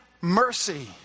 mercy